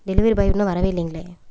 delivery boy இன்னும் வரவே இல்லைங்களே